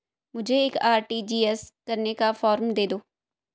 मुझे एक आर.टी.जी.एस करने का फारम दे दो?